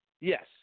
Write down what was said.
Yes